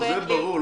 זה ברור.